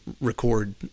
record